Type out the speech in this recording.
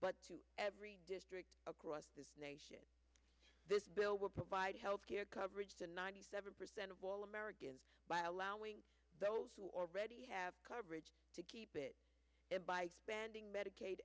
but to every district across the nation this bill will provide health care coverage to ninety seven percent of all americans by allowing those who already have coverage to keep it by spending medicaid